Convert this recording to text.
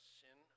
sin